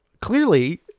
clearly